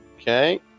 Okay